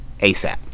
asap